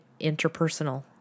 interpersonal